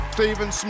Stephen